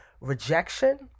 rejection